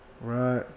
Right